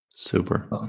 Super